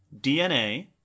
DNA